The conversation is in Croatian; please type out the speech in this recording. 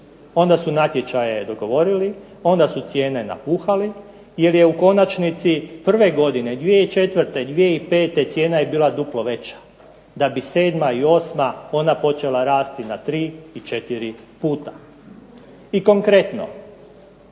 Onda su natječaje dogovorili, onda su cijene napuhali jer je u konačnici prve godine 2004., 2005. cijena je bila duplo veća da bi 2007. i 2008. ona počela rasti na 3 i 4 puta. I konkretno,